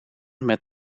met